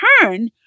turn